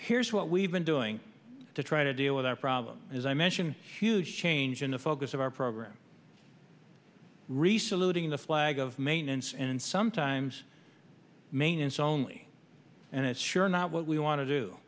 here's what we've been doing to try to deal with our problem as i mentioned huge change in the focus of our program re saluting the flag of maintenance and sometimes maintenance only and it's sure not what we want to